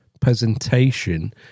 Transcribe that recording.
presentation